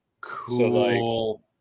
Cool